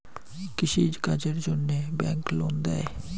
কৃষি কাজের জন্যে ব্যাংক লোন দেয়?